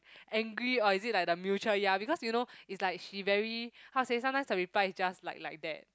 angry or is it like the mutual ya because you know it's like she very how to say sometimes her reply is just like like that